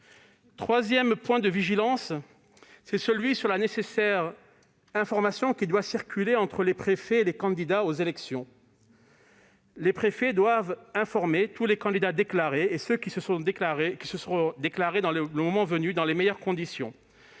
troisième point de vigilance porte sur la nécessaire information qui doit circuler entre les préfets et les candidats aux élections. Les préfets doivent informer tous les candidats déclarés et ceux qui se seront déclarés, le moment venu, dans les meilleures conditions.